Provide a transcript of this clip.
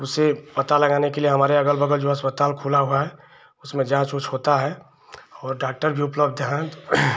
उसे पता लगाने के लिए हमारे अगल बगल जो है अस्पताल खुला हुआ है उसमें जाँच उच होता है और डॉक्टर भी उपलब्ध हैं